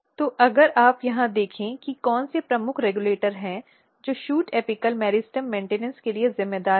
तो अब अगर आप यहां देखें कि कौन से प्रमुख रेगुलेटर हैं जो शूट एपिकल मेरिस्टेम मेन्टिनॅन्स के लिए जिम्मेदार हैं